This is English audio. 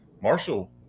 Marshall